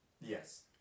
Yes